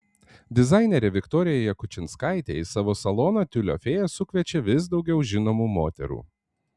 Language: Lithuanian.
dizainerė viktorija jakučinskaitė į savo saloną tiulio fėja sukviečia vis daugiau žinomų moterų